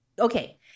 Okay